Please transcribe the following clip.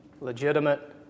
legitimate